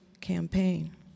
campaign